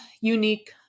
unique